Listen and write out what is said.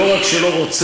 אין שלום כי אתם לא רוצים,